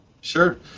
Sure